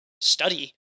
study